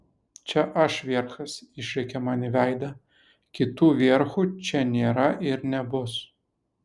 čia aš vierchas išrėkė man į veidą kitų vierchų čia nėra ir nebus